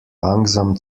langsam